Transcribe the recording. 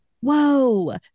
Whoa